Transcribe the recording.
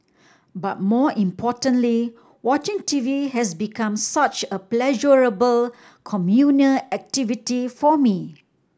but more importantly watching TV has become such a pleasurable communal activity for me